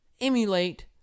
emulate